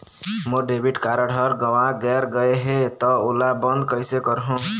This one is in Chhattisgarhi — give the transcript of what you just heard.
मोर डेबिट कारड हर गंवा गैर गए हे त ओला बंद कइसे करहूं?